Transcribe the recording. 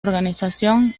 organización